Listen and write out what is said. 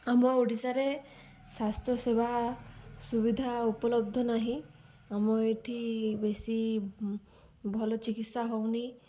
ଆମ ଓଡ଼ିଶାରେ ସ୍ୱାସ୍ଥ୍ୟସେବା ସୁବିଧା ଉପଲବ୍ଧ ନାହିଁ ଆମ ଏଠି ବେଶି ଭଲ ଚିକିତ୍ସା ହେଉନି